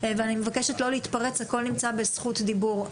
אני מבקשת לא להתפרץ, הכול נמצא בזכות דיבור.